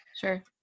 sure